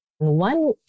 One